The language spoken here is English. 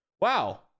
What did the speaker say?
Wow